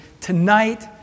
Tonight